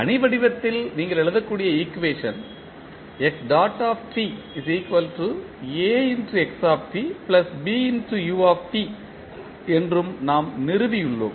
அணி வடிவத்தில் நீங்கள் எழுதக்கூடிய ஈக்குவேஷன் என்றும் நாம் நிறுவியுள்ளோம்